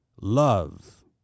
Love